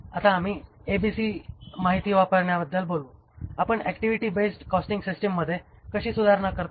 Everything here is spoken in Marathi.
आता आम्ही ABC माहिती वापरण्याबद्दल बोलू आपण ऍक्टिव्हिटी बेस्ड कॉस्टिंग सिस्टिममध्ये कशी सुधारणा करतो